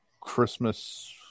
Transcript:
Christmas